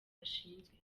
bashinzwe